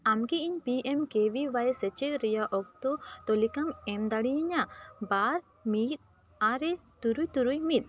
ᱟᱢ ᱠᱤ ᱤᱧ ᱯᱤ ᱮᱢ ᱠᱮ ᱵᱷᱤ ᱚᱣᱟᱭ ᱥᱮᱪᱮᱫ ᱨᱮᱭᱟᱜ ᱚᱠᱛᱚ ᱛᱟᱹᱞᱤᱠᱟᱢ ᱮᱢ ᱫᱟᱲᱮᱭᱤᱧᱟᱹ ᱵᱟᱨ ᱢᱤᱫ ᱟᱨᱮ ᱛᱩᱨᱩᱭ ᱛᱩᱨᱩᱭ ᱢᱤᱫ